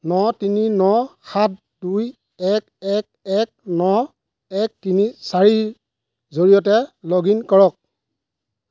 ন তিনি ন সাত দুই এক এক এক ন এক তিনি চাৰিৰ জৰিয়তে লগ ইন কৰক